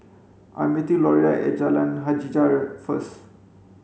I meeting Loria at Jalan Hajijah first